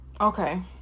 okay